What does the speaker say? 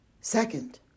Second